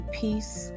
peace